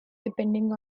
depending